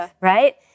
right